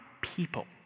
people